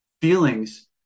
feelings